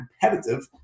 competitive